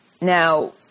Now